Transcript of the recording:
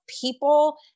people